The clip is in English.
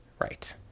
right